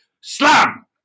Slam